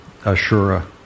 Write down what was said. Ashura